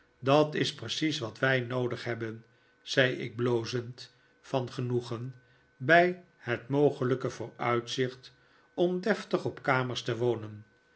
dat is precies wat wij noodig hebben zei ik blozend van genoegen bij het mogelijke vooruitzicht om deftig op kamers te wonen